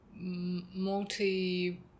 Multi